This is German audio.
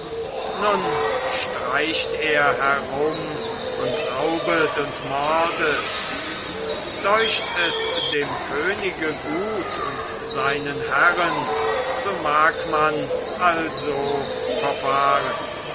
nun streicht er herum und raubet und mordet deucht es dem könige gut und seinen herren so mag man also verfahren